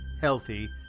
healthy